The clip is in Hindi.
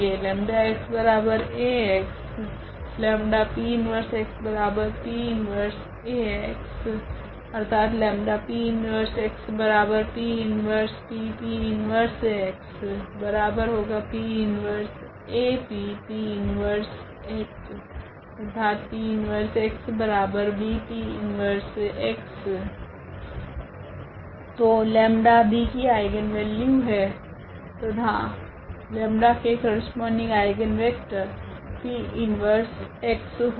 𝜆𝑥𝐴𝑥 ⇒𝜆𝑃−1𝑥𝑃−1𝐴𝑥 ⇒𝜆𝑃−1𝑥𝑃−1𝑃𝑃−1𝑥𝑃−1𝐴𝑃𝑃−1𝑥 ⇒𝑃−1𝑥𝐵𝑃−1𝑥 तो 𝜆 B की आइगनवेल्यू है तथा 𝜆 के करस्पोंडिंग आइगनवेक्टर P 1x होगा